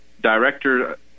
director